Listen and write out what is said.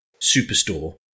superstore